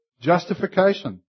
Justification